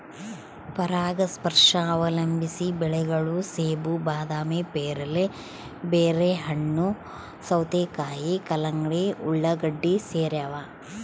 ಪರಾಗಸ್ಪರ್ಶ ಅವಲಂಬಿಸಿದ ಬೆಳೆಗಳು ಸೇಬು ಬಾದಾಮಿ ಪೇರಲೆ ಬೆರ್ರಿಹಣ್ಣು ಸೌತೆಕಾಯಿ ಕಲ್ಲಂಗಡಿ ಉಳ್ಳಾಗಡ್ಡಿ ಸೇರವ